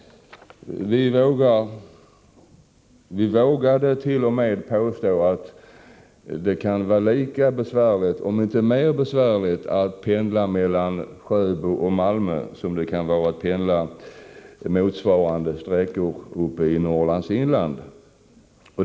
Vi vågade t.o.m. påstå att det kan vara lika besvärligt, om inte mer besvärligt, att pendla mellan Sjöbo och Malmö som att pendla motsvarande sträckor i Norrlands inland.